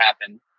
happen